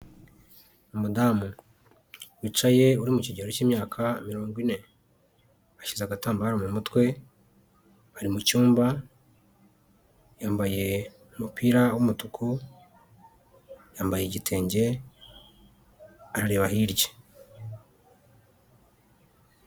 Umudamu wicaye uri mu kigero cy'imyaka mirongo ine, ashyize agatambaro mu mutwe ari mu cyumba, yambaye umupira w'umutuku, yambaye igitenge areba hirya.